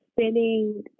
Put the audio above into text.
spending